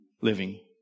living